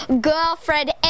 girlfriend